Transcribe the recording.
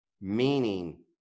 meaning